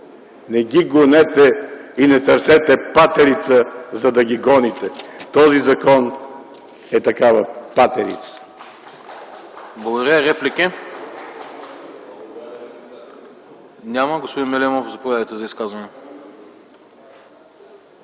не ги гонете и не търсете патерица, за да ги гоните. Този закон е такава патерица.